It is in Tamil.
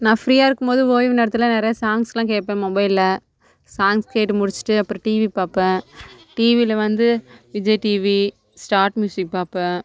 நா ஃப்ரீயாக இருக்கும் போது ஓய்வு நேரத்தில் நிறைய சாங்ஸ்லாம் கேட்பேன் மொபைலில் சாங்ஸ் கேட்டு முடிச்சுட்டு அப்புறம் டிவி பார்பேன் டிவியில் வந்து விஜய் டிவி ஸ்டார்ட் ம்யூசிக் பார்பேன்